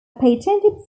patented